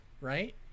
right